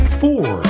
four